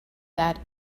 that